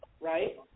right